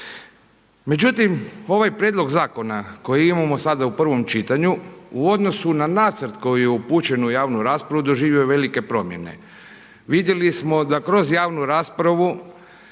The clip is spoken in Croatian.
Međutim ovaj prijedlog zakona koji imamo sada u prvom čitanju u odnosu na nacrt koji je upućen u javnu raspravu doživio je velike promjene. Vidjeli smo da kroz javnu raspravu